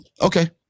okay